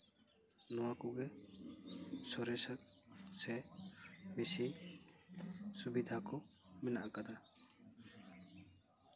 ᱱᱚᱣᱟ ᱠᱚᱜᱮ ᱥᱚᱨᱮᱥᱟ ᱥᱮ ᱵᱮᱥᱤ ᱥᱩᱵᱤᱫᱟ ᱠᱚ ᱢᱮᱱᱟᱜ ᱠᱟᱫᱟ